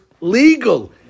legal